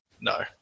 No